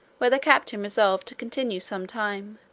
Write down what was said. where the captain resolved to continue some time,